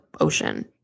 ocean